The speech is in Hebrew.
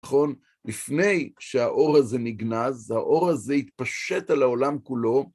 נכון? לפני שהאור הזה נגנז, האור הזה התפשט על העולם כולו.